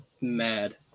mad